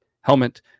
helmet